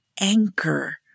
anchor